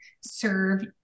serve